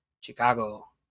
Chicago